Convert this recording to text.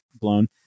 blown